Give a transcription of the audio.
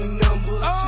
numbers